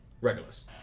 Regulus